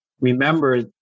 Remember